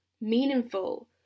meaningful